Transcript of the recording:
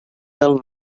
del